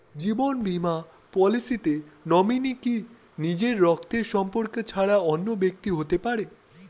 জীবন বীমা পলিসিতে নমিনি কি নিজের রক্তের সম্পর্ক ছাড়া অন্য ব্যক্তি হতে পারে?